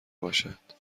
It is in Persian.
باشد